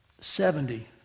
Seventy